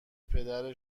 پدر